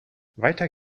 weiter